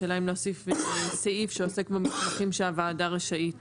השאלה אם להוסיף סעיף שעוסק במסמכים שהוועדה רשאית